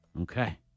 Okay